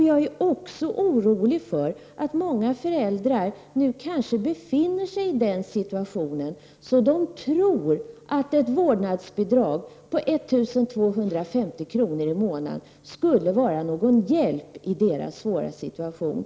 Jag är också orolig för att många föräldrar nu kanske befinner sig i den situationen att de tror att ett vårdnadsbidrag på 1250 kr. i månaden skulle vara någon hjälp i deras svåra situation.